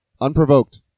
Unprovoked